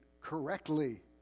correctly